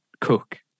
cook